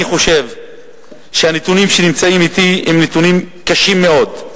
אני חושב שהנתונים שאתי הם נתונים קשים מאוד,